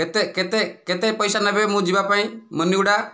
କେତେ କେତେ କେତେ ପଇସା ନେବେ ମୁଁ ଯିବା ପାଇଁ ମୁନିଗୁଡ଼ା